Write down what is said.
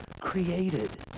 created